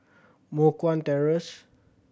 Moh Guan Terrace